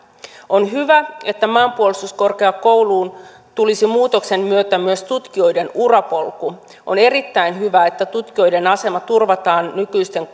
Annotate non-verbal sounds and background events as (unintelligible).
on hyvä että maanpuolustuskorkeakouluun tulisi muutoksen myötä myös tutkijoiden urapolku on erittäin hyvä että tutkijoiden asema turvataan nykyisten (unintelligible)